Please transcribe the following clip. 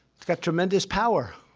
it's got tremendous power.